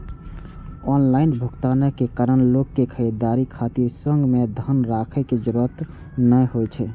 online भुगतानक कारण लोक कें खरीदारी खातिर संग मे धन राखै के जरूरत नै होइ छै